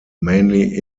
mainly